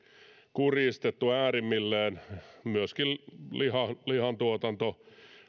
kurjistettu äärimmilleen ja myöskin lihantuotanto